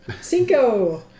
Cinco